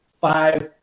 five